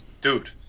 Dude